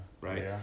Right